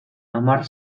hamar